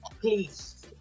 please